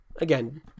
again